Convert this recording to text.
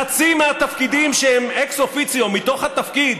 חצי מהתפקידים שהם אקס אופיציו מתוך התפקיד